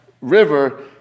river